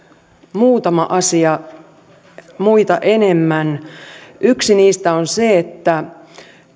muutama asia muita enemmän yksi niistä on se että